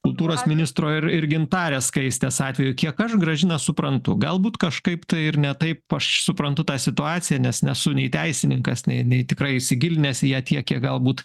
kultūros ministro ir ir gintarės skaistės atvejų kiek aš gražina suprantu galbūt kažkaip tai ir ne taip aš suprantu tą situaciją nes nesu nei teisininkas nei nei tikrai įsigilinęs į ją tiek kiek galbūt